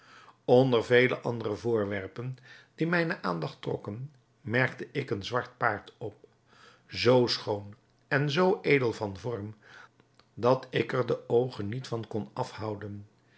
onder vele andere voorwerpen die mijne aandacht trokken merkte ik een zwart paard op zoo schoon en zoo edel van vorm dat ik er de oogen niet van kon afhouden